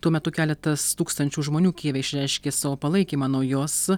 tuo metu keletas tūkstančių žmonių kijeve išreiškė savo palaikymą naujos